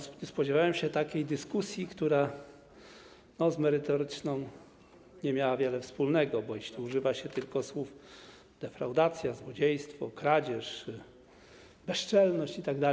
Spodziewałem się takiej dyskusji, która z merytoryczną nie miała wiele wspólnego, skoro używa się tylko słów: defraudacja, złodziejstwo, kradzież, bezczelność itd.